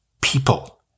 people